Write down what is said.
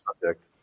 subject